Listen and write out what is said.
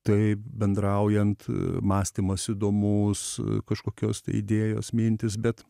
taip bendraujant mąstymas įdomus kažkokios idėjos mintys bet